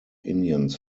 indians